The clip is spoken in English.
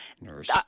nurse